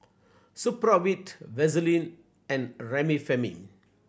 Supravit Vaselin and Remifemin